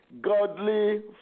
godly